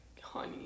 honey